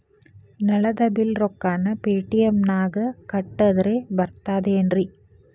ನಳದ್ ಬಿಲ್ ರೊಕ್ಕನಾ ಪೇಟಿಎಂ ನಾಗ ಕಟ್ಟದ್ರೆ ಬರ್ತಾದೇನ್ರಿ?